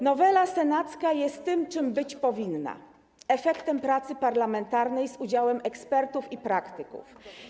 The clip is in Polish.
Nowela senacka jest tym, czym być powinna - efektem pracy parlamentarnej z udziałem ekspertów i praktyków.